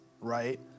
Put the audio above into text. right